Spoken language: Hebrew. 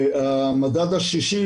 המדד השישי,